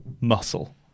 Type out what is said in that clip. muscle